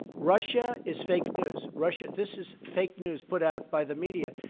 russia is fake news. russia this is fake news put out by the media.